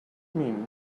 mean